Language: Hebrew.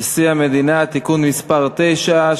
נשיא המדינה (תיקון מס' 9),